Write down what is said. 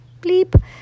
bleep